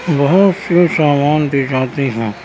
بہت سی سامان دی جاتی ہیں